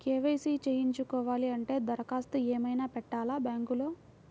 KYC చేయించుకోవాలి అంటే దరఖాస్తు ఏమయినా పెట్టాలా బ్యాంకులో?